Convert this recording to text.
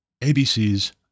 ABC's